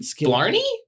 Blarney